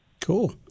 Cool